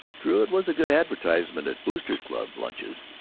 true, it was a good advertisement at boosters' club lunches,